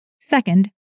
Second